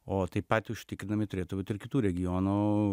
o taip pat užtikrinami turėtų būt ir kitų regionų